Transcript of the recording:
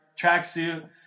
tracksuit